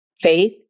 Faith